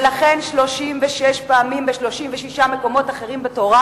ולכן 36 פעמים ב-36 מקומות אחרים בתורה